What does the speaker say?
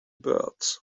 birds